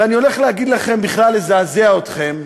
ואני הולך להגיד לכם, לזעזע אתכם: